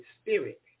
spirit